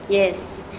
yes,